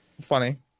funny